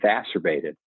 exacerbated